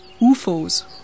UFOs